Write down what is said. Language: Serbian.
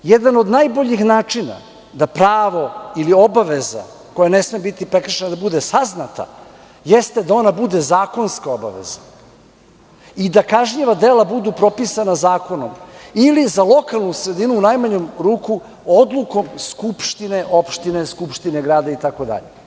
Jedan od najboljih načina da pravo ili obaveza koja ne sme biti prekršena da bude saznata jeste da ona bude zakonska obaveza i da kažnjiva dela budu propisana zakonom ili za lokalnu sredinu, u najmanju ruku, odlukom skupštine opštine, skupštine grada itd.